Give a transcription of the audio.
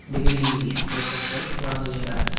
degree கோர்ஸஸ்கள் வழங்குகின்றன